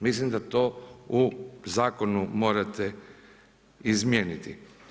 Mislim da to u zakonu morate izmijeniti.